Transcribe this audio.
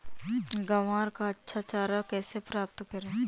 ग्वार का अच्छा चारा कैसे प्राप्त करें?